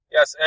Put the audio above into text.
Yes